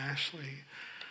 Ashley